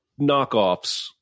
knockoffs